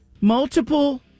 Multiple